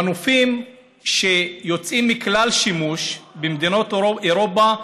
מנופים שיוצאים מכלל שימוש במדינות אירופה,